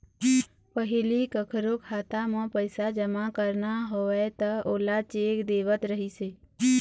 पहिली कखरो खाता म पइसा जमा करना होवय त ओला चेक देवत रहिस हे